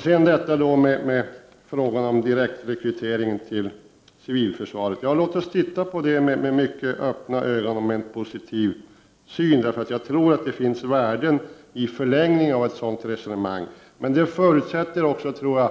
Så till frågan om direktrekryteringen till civilförsvaret. Låt oss titta på den med mycket öppna ögon och en positiv inställning. Jag tror att det finns värden i förlängningen av ett sådant resonemang. Men det förutsätter också, tror jag,